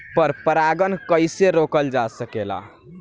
पर परागन कइसे रोकल जा सकेला?